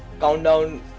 countdown